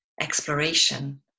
exploration